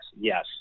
Yes